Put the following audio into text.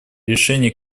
решении